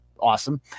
awesome